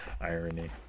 Irony